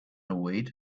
await